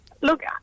Look